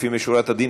לפנים משורת הדין.